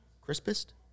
crispest